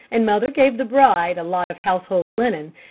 and mother gave the bride a lot of household linen,